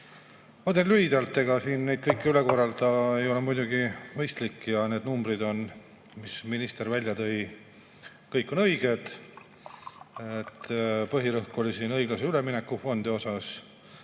Ma teen lühidalt. Ega siin kõike üle korrata ei ole muidugi mõistlik, ja need numbrid, mis minister välja tõi, on kõik õiged. Põhirõhk oli siin õiglasel ülemineku fondil.